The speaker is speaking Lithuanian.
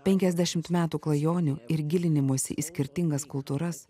penkiasdešimt metų klajonių ir gilinimosi į skirtingas kultūras